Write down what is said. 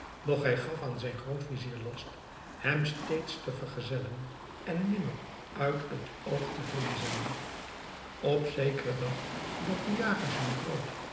doch hij gaf aan zijn grootvizier last hem steeds te vergezellen en nimmer uit het oog te verliezen op zekeren dag dat de jagers een groot